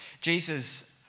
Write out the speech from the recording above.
Jesus